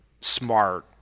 smart